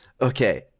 okay